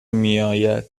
میآید